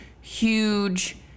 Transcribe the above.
huge